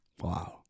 Wow